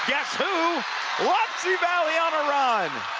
guess who wapsie valley on a run